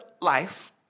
life